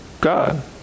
God